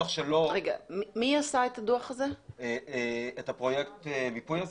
מי עשה את פרויקט המיפוי?